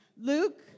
Luke